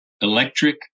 electric